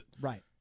Right